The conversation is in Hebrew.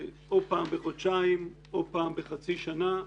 או פעם חודשיים או פעם חצי שנה,